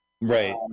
Right